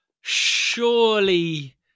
surely